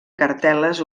cartel·les